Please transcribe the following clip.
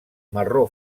marró